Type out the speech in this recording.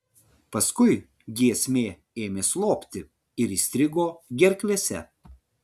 paskui giesmė ėmė slopti ir įstrigo gerklėse